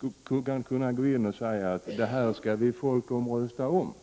och göra det till föremål för omröstning.